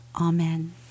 Amen